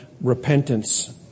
repentance